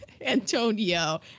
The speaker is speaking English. Antonio